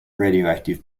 radioactive